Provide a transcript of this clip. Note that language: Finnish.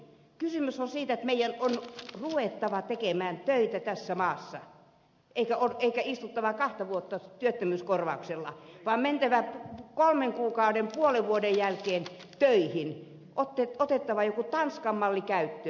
kysymys on siitä että meidän on ruvettava tekemään töitä tässä maassa ei istuttava kahta vuotta työttömyyskorvauksella vaan mentävä kolmen kuukauden puolen vuoden jälkeen töihin on otettava tanskan malli käyttöön